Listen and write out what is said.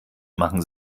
machen